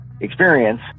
experience